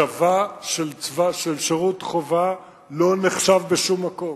צבא של שירות חובה לא נחשב בשום מקום.